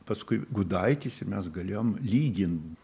paskui gudaitis ir mes galėjom lygint